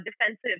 defensive